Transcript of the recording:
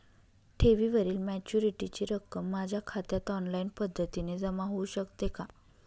ठेवीवरील मॅच्युरिटीची रक्कम माझ्या खात्यात ऑनलाईन पद्धतीने जमा होऊ शकते का?